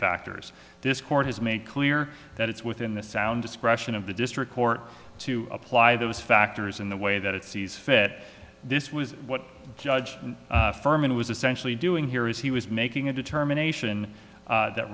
factors this court has made clear that it's within the sound discretion of the district court to apply those factors in the way that it sees fit this was what judge firman was essentially doing here is he was making a determination that